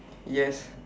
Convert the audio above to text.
yes